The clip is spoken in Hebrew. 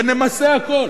ונמסה הכול.